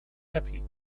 happy